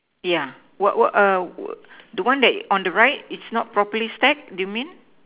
yeah what what err w~ the one that on the right is not properly stack do you mean